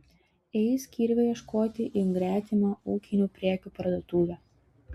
eis kirvio ieškoti į gretimą ūkinių prekių parduotuvę